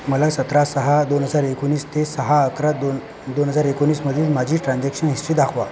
मला सतरा सहा दोन हजार एकोणीस ते सहा अकरा दो दोन हजार एकोणीसमधील माझी ट्रान्झॅक्शन हिस्टरी दाखवा